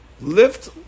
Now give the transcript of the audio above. Lift